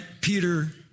Peter